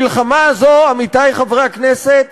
המלחמה הזאת, עמיתי חברי הכנסת,